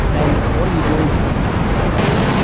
and what are you doing about it as part of your program?